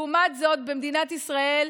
לעומת זאת במדינת ישראל,